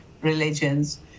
religions